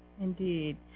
Indeed